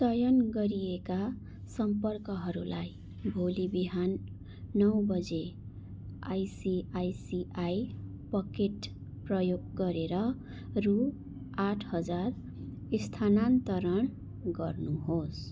चयन गरिएका सम्पर्कहरूलाई भोलि बिहान नौ बजे आइसिआइसिआई पकेट प्रयोग गरेर रु आठ हजार स्थानान्तरण गर्नुहोस्